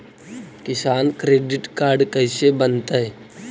किसान credit card कैसे बनतै?